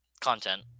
content